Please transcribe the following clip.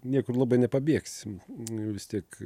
niekur labai nepabėgsim vis tiek